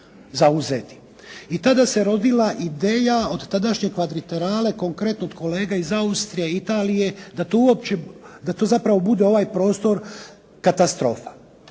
I tada se rodila ideja, od tadašnje kvadriterale konkretno od kolega iz Austrije i Italije da to uopće, da to zapravo bude ovaj prostor katastrofa.